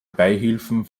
beihilfen